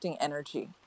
energy